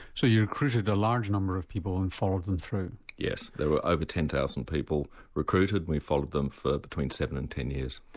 so you recruited a large number of people and followed them through? yes, there were over ten thousand people recruited and we followed them for between seven and ten years.